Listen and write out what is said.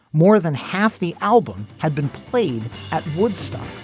more than half the album had been played at woodstock.